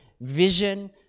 vision